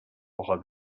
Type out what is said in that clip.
woche